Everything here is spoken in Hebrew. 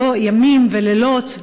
ימים ולילות,